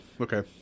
okay